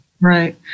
Right